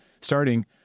starting